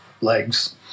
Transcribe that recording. legs